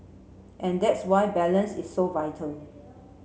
and that's why balance is so vital